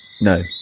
No